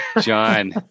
John